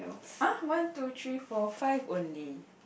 !ah! one two three four five only